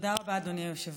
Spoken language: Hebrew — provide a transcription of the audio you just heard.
תודה רבה, אדוני היושב-ראש.